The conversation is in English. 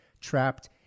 trapped